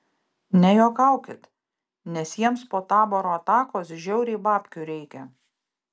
nejuokaukit nes jiems po taboro atakos žiauriai babkių reikia